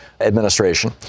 administration